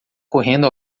correndo